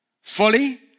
fully